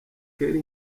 kelly